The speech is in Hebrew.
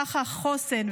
ככה החוסן,